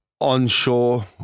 onshore